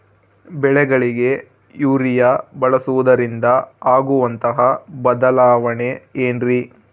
ಬೆಳೆಗಳಿಗೆ ಯೂರಿಯಾ ಬಳಸುವುದರಿಂದ ಆಗುವಂತಹ ಬದಲಾವಣೆ ಏನ್ರಿ?